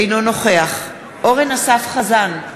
אינו נוכח אורן אסף חזן,